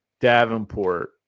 Davenport